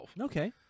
Okay